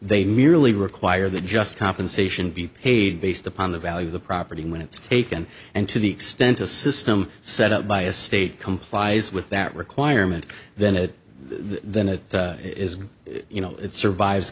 they merely require that just compensation be paid based upon the value of the property when it's taken and to the extent a system set up by a state complies with that requirement then it then it is you know it survives